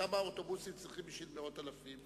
כמה אוטובוסים צריך בשביל מאות אלפים?